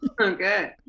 okay